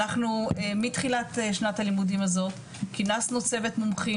אנחנו מתחילת שנת הלימודים הזאת כינסנו צוות מומחים